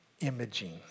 imaging